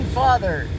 father